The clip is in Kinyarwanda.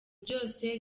byose